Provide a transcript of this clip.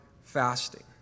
fasting